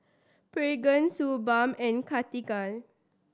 Pregain Suu Balm and Cartigain